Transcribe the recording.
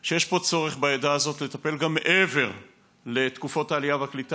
שיש פה צורך בעדה הזאת לטפל גם מעבר לתקופות העלייה והקליטה,